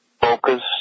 focus